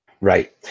right